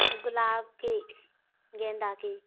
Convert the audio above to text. गुलाब के गेंदा के